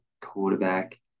quarterback